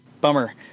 Bummer